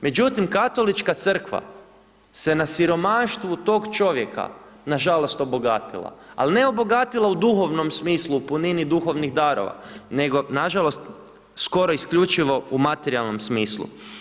Međutim, Katolička crkva se na siromaštvu tog čovjeka, nažalost, obogatila, al ne obogatila u duhovnom smislu, u punini duhovnih darova, nego, nažalost, skoro isključivo u materijalnom smislu.